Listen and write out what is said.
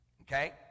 Okay